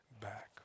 back